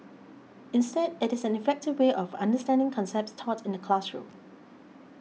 instead it is an effective way of understanding concepts taught in the classroom